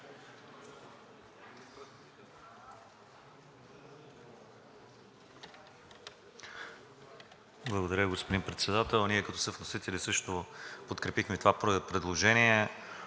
Благодаря, господин Председател. Ние като съвносители също подкрепихме това предложение.